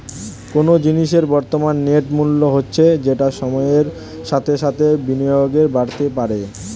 কোনো জিনিসের বর্তমান নেট মূল্য হচ্ছে যেটা সময়ের সাথে সাথে বিনিয়োগে বাড়তে পারে